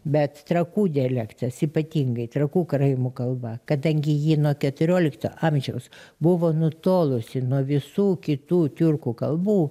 bet trakų dialektas ypatingai trakų karaimų kalba kadangi ji nuo keturiolikto amžiaus buvo nutolusi nuo visų kitų tiurkų kalbų